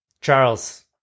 Charles